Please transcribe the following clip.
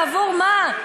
ובעבור מה?